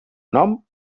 nom